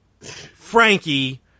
Frankie